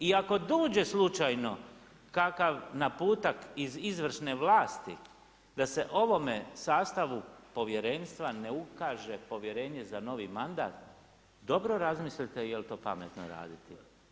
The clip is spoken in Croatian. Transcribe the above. I ako dođe slučajno kakav naputak iz izvršne vlasti da se ovome sastavu povjerenstva ne ukaže povjerenje za novi mandat, dobro razmislite je li to pametno raditi.